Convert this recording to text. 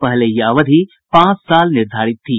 पहले यह अवधि पांच साल निर्धारित थी